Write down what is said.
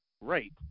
Right